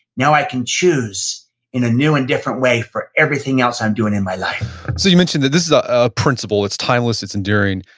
now i can choose in a new and different way for everything else i'm doing in my life so you mentioned that this is ah a principle, it's timeless, it's enduring,